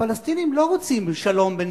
הפלסטינים לא רוצים שלום בין